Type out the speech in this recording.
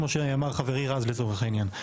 כמו שאמר חברי רז לצורך העניין.